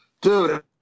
Dude